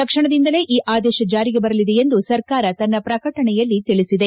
ತಕ್ಷಣದಿಂದಲೇ ಈ ಆದೇಶ ಜಾರಿಗೆ ಬರಲಿದೆ ಎಂದು ಸರ್ಕಾರ ತನ್ನ ಪ್ರಕಟಣೆಯಲ್ಲಿ ತಿಳಿಸಿದೆ